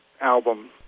Album